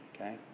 okay